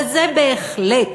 וזה בהחלט